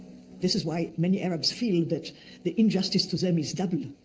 this is why many arabs feel that the injustice to them is doubled,